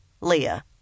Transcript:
Leah